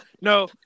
No